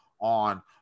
on